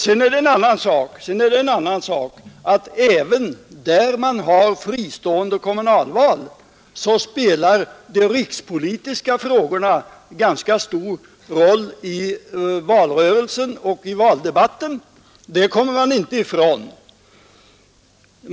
Sedan är det en annan sak att även där man har fristående kommunalval spelar de rikspolitiska frågorna en ganska stor roll i valrörelsen och i valdebatten. Det kommer man inte ifrån.